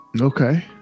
Okay